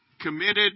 committed